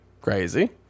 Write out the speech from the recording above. crazy